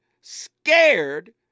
scared